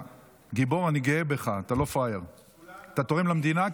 התקציב הזה לא ידאג לגיבורים האמיתיים של המדינה,